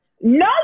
no